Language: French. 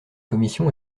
commission